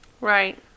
right